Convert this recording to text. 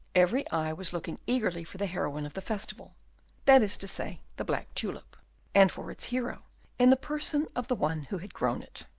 every eye was looking eagerly for the heroine of the festival that is to say, the black tulip and for its hero in the person of the one who had grown it.